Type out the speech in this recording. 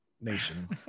nation